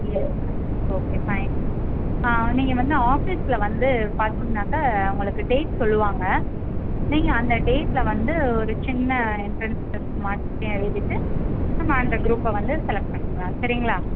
S okay fine நீங்கள் வந்து ஆஃபீஸில் வந்து பார்த்தீங்கனாக்கா உங்களுக்கு டேட் சொல்லுவாங்கள் நீங்கள் அந்த டேட்டில் வந்து ஒரு சின்ன எண்ட்ரன்ஸ் டெஸ்ட் மாதிரி எழுதிவிட்டு நம்ம அந்த குரூப்பை வந்து செலக்ட் பண்ணிக்கலாம் சரிங்களா